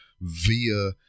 via